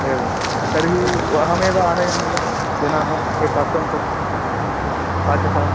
एवं तर्हि अहमेव आनयामि वा जनाः ये पाकं कर्तुं इच्छन्ति पाचकान्